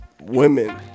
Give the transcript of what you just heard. Women